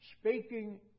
speaking